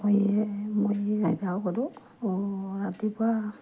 ময়েই ময়েই নেযাওঁ ক'তো অঁ ৰাতিপুৱা